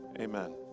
amen